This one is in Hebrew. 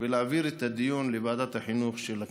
ולהעביר את הדיון לוועדת החינוך של הכנסת.